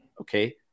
Okay